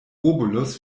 obolus